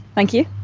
thank you.